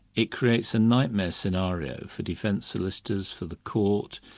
it creates a nightmare scenario for defence solicitors, for the court,